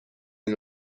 این